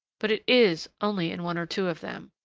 but it is only in one or two of them.